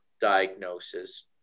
diagnosis